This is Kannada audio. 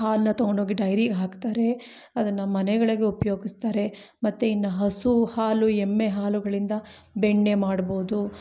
ಹಾಲನ್ನ ತಗೊಂಡೋಗಿ ಡೈರಿಗೆ ಹಾಕ್ತಾರೆ ಅದನ್ನು ಮನೆಗಳಿಗೆ ಉಪಯೋಗಿಸ್ತಾರೆ ಮತ್ತು ಇನ್ನು ಹಸು ಹಾಲು ಎಮ್ಮೆ ಹಾಲುಗಳಿಂದ ಬೆಣ್ಣೆ ಮಾಡ್ಬೌದು